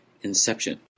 Inception